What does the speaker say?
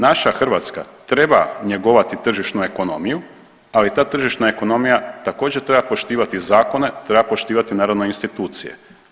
Naša Hrvatska treba njegovati tržišnu ekonomiju, ali ta tržišna ekonomija također, treba poštivati zakone, treba poštivati, naravno, institucije.